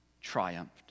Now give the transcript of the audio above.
triumphed